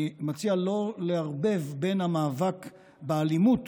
אני מציע לא לערבב בין המאבק באלימות